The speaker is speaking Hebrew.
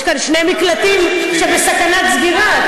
יש כאן שני מקלטים שבסכנת סגירה,